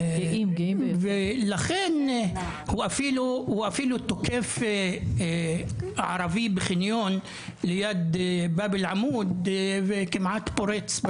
ולכן הוא אפילו תוקף ערבי בחניון ליד בבל עמוד וכמעט פורץ,